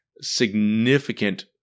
significant